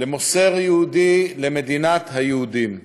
למוסר היהודי, למדינת היהודים.